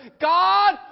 God